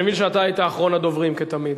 אני מבין שאתה היית אחרון הדוברים, כתמיד.